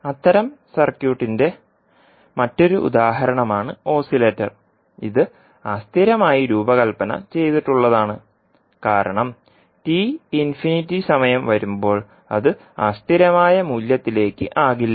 അത്തരം സർക്യൂട്ടിന്റെ മറ്റൊരു ഉദാഹരണമാണ് ഓസിലേറ്റർ ഇത് അസ്ഥിരമായി രൂപകൽപ്പന ചെയ്തിട്ടുള്ളതാണ് കാരണം t →∞ സമയം വരുമ്പോൾ അത് സ്ഥിരമായ മൂല്യത്തിലേക്ക് ആകില്ല